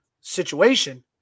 situation